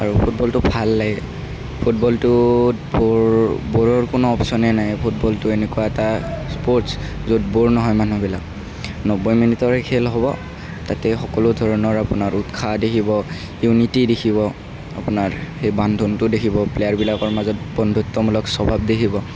আৰু ফুটবলটো ভাল লাগে ফুটবলটোত ব'ৰ ব'ৰৰ কোনো অপচনে নাই ফুটবলটো এনেকুৱা এটা স্পৰ্টছ য'ত ব'ৰ নহয় মানুহবিলাক নব্বৈ মিনিটৰে খেল হ'ব তাতেই সকলো ধৰণৰ আপোনাৰ উৎসাহ দেখিব ইউনিটি দেখিব আপোনাৰ সেই বান্ধোনটো দেখিব প্লেয়াৰবিলাকৰ মাজত বন্ধুত্বমূলক স্বভাৱ দেখিব